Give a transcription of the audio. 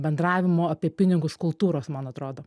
bendravimo apie pinigus kultūros man atrodo